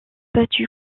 abattus